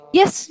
yes